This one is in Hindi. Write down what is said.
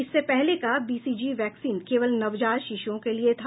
इससे पहले का बीसीजी वैक्सीन केवल नवजात शिश्राओं के लिए था